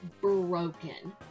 broken